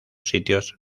sitios